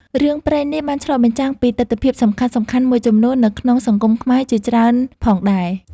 រឿងព្រេងនេះបានឆ្លុះបញ្ចាំងពីទិដ្ឋភាពសំខាន់ៗមួយចំនួននៅក្នុងសង្គមខ្មែរជាច្រើនផងដែរ។